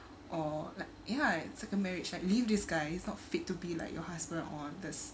or like ya it's like a marriage like leave this guy he's not fit to be like your husband or this